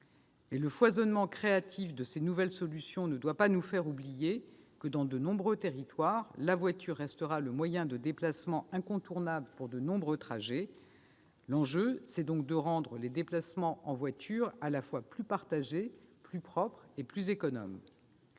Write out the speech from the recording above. le foisonnement créatif de ces nouvelles solutions ne doit pas nous faire oublier que, dans de nombreux territoires, la voiture restera le moyen de déplacement incontournable pour de nombreux trajets. L'enjeu, c'est donc de rendre les déplacements en voiture à la fois plus partagés, plus propres et plus économes.